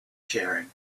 sharing